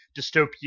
dystopian